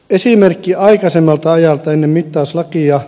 esimerkki aikaisemmalta ajalta ennen mittauslakia